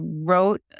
wrote